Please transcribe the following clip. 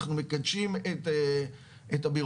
אנחנו מקדשים את הביורוקרטיה,